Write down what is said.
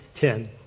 ten